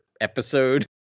episode